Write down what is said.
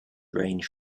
range